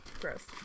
gross